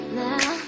now